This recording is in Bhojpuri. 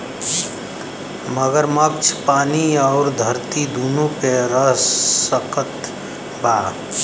मगरमच्छ पानी अउरी धरती दूनो पे रह सकत बा